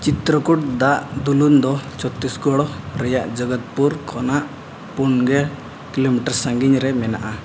ᱪᱤᱛᱨᱚᱠᱩᱴ ᱫᱟᱜ ᱫᱩᱞᱩᱱ ᱫᱚ ᱪᱷᱚᱛᱛᱨᱤᱥᱜᱚᱲ ᱨᱮᱱᱟᱜ ᱡᱚᱜᱚᱫᱽᱯᱩᱨ ᱠᱷᱚᱱᱟᱜ ᱯᱩᱱ ᱜᱮᱞ ᱠᱤᱞᱳ ᱢᱤᱴᱟᱨ ᱥᱟᱺᱜᱤᱧ ᱨᱮ ᱢᱮᱱᱟᱜᱼᱟ